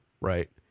right